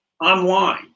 online